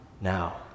now